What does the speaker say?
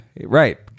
Right